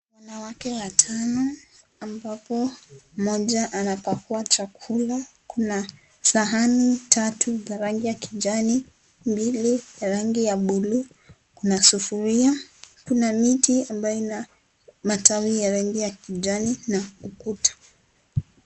Wanawake watano ambapo mmoja anapakuwa chakula, kuna sahani tatu ya rangi ya kijani, mbili ya rangi ya buluu na sufuria, kuna miti ambayo ina matawi ya rangi ya kijani na ukuta.